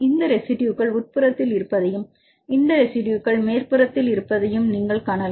இந்த ரெசிடுயுகள் உட்புறத்தில் இருப்பதையும் இந்த ரெசிடுயுகள் மேற்பரப்பில் இருப்பதையும் நீங்கள் காணலாம்